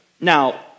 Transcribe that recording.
Now